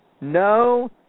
No